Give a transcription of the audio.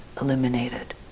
eliminated